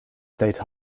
state